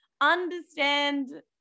understand